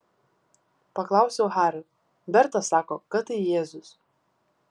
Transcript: paklausiau hario berta sako kad tai jėzus